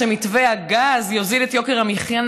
שמתווה הגז יוריד את יוקר המחיה,